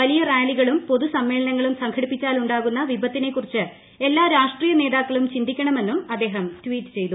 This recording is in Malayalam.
വലിയ റാലികളും പൊതു സമ്മേളനങ്ങളും സംഘടിപ്പിച്ചാലുണ്ടാകുന്ന വിപത്തിനെക്കുറിച്ച് എല്ലാ രാഷ്ട്രീയ നേതാക്കളും ചിന്തിക്കണമെന്നും അദ്ദേഹം ട്വീറ്റ് ചെയ്തു